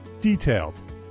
Detailed